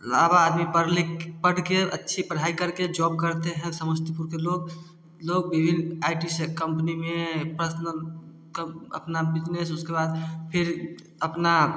अलावा आदमी पढ़ लिख पढ़ के अच्छी पढ़ाई करके जॉब करते समस्तीपुर के लोग लोग विभिन्न आई टी से कम्पनी में पर्सनल कम अपना बिजनेस उसके बाद फिर अपना